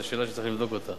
זאת שאלה שצריך לבדוק אותה,